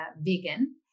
vegan